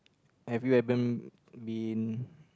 have you ever been